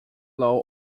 low